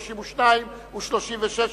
32 ו-36,